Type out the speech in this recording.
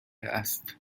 است